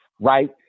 right